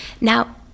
Now